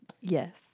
Yes